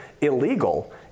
illegal